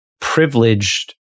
privileged